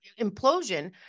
implosion